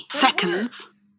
seconds